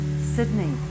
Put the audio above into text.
Sydney